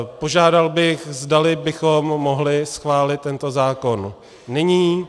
Požádal bych, zdali bychom mohli schválit tento zákon nyní.